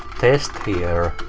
test here.